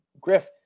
Griff